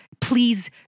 please